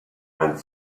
and